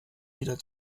wieder